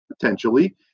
potentially